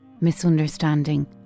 misunderstanding